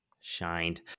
shined